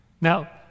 Now